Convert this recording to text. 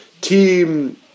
Team